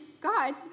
God